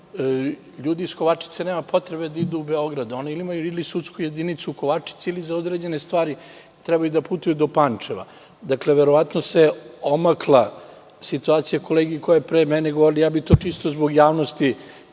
ljudi iz Kovačice nemaju potrebe da idu u Beograd. Oni imaju ili sudsku jedinicu u Kovačici, ili za određene stvari trebaju da putuju do Pančeva. Verovatno se omakla situacija kolegi koji je pre mene govorio. Čisto bih zbog javnosti